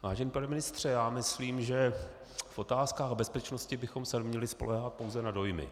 Vážený pane ministře, já myslím, že v otázkách bezpečnosti bychom se neměli spoléhat pouze na dojmy.